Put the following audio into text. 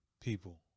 people